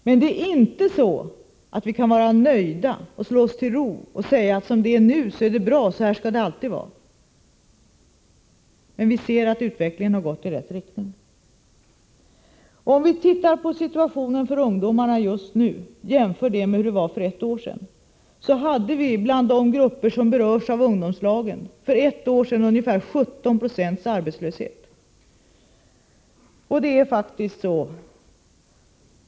Detta innebär emellertid inte att vi kan slå oss till ro och vara nöjda och säga att situationen nu är bra, så här skall det alltid vara. Vi ser dock att utvecklingen har gått i rätt riktning. Om vi ser på situationen för ungdomarna just nu och jämför den med hur den var för ett år sedan, finner vi att för ett år sedan hade ungdomsgrupper som berörs av ungdomslagen ungefär 17 960 arbetslöshet.